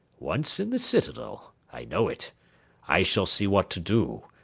once in the citadel i know it i shall see what to do,